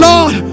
Lord